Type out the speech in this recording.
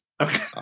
okay